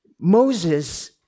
Moses